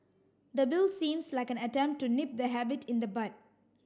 the bill seems like an attempt to nip the habit in the bud